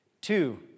Two